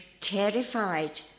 terrified